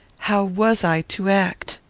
how was i to act?